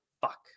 fuck